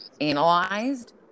analyzed